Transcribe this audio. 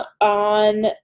on